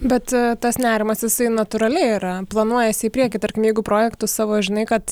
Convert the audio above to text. bet tas nerimas jisai natūraliai yra planuojiesi į priekį tarkim jeigu projektus savo žinai kad